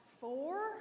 four